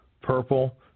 purple